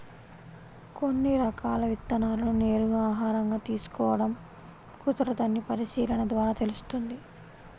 కొన్ని రకాల విత్తనాలను నేరుగా ఆహారంగా తీసుకోడం కుదరదని పరిశీలన ద్వారా తెలుస్తుంది